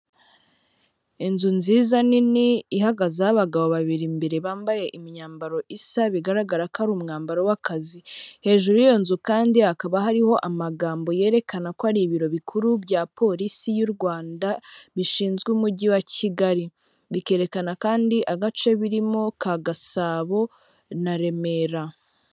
Inzu nziza nini ihagazeho abagabo babiri imbere bambaye imyambaro isa bigaragara ko ari umwambaro w'akazi, hejuru y'iyo nzu kandi hakaba hariho amagambo yerekana ko ari ibiro bikuru bya polisi y'u Rwanda bishinzwe umujyi wa Kigali, bikerekana kandi agace birimo ka Gasabo na Remera.